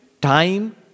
time